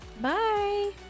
Bye